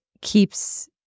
keeps